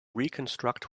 reconstruct